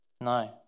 No